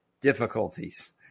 difficulties